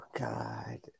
God